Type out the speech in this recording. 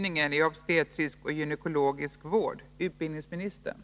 Jag beklagar att man inte kommer att ge någon kompensation.